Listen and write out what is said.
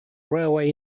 railway